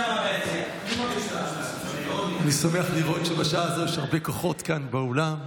אני שמח לראות שבשעה הזו יש הרבה כוחות כאן באולם.